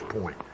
point